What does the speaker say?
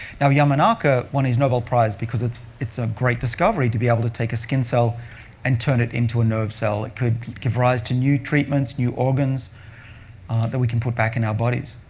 now yamanaka won his nobel prize because it's it's a great discovery to be able to take a skin cell and turn it into a nerve cell. it could give rise to new treatments, new organs that we can put back in our bodies.